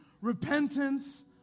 repentance